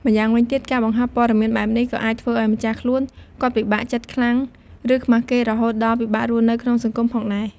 ម្យ៉ាងវិញទៀត ការបង្ហោះព័ត៌មានបែបនេះ ក៏អាចធ្វើឱ្យ ម្ចាស់ខ្លួន គាត់ ពិបាកចិត្តខ្លាំង ឬ ខ្មាសគេ រហូតដល់ ពិបាករស់នៅក្នុងសង្គម ផងដែរ។